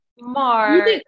Mark